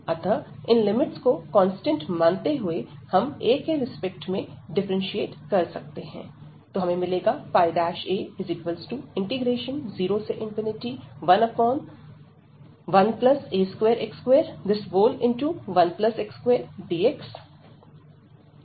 अतः इन लिमिट्स को कांस्टेंट मानते हुए हम a के रिस्पेक्ट में डिफरेंशिएट कर सकते हैं